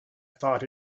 thought